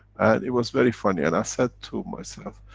and it was very funny, and i said to myself,